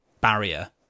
barrier